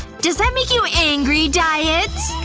does that make you angry, diet?